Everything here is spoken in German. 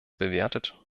bewertet